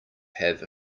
have